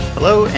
Hello